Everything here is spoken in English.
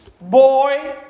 boy